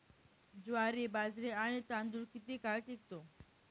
ज्वारी, बाजरी आणि तांदूळ किती काळ टिकतो?